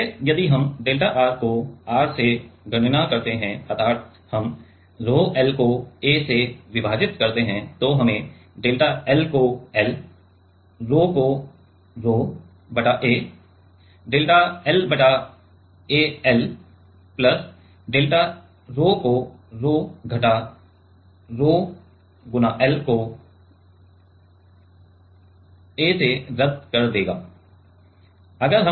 इसलिए यदि हम डेल्टा R को R से गणना करते हैं अर्थात हम रोह 𝛒 L को A से विभाजित करते हैं तो हमें डेल्टा L को L रोह 𝛒 को रोह 𝛒 बटा A डेल्टा L बटा AL प्लस डेल्टा रोह 𝛒 कोरोह 𝛒 घटाकर रोह 𝛒 L को A से रद्द कर देगा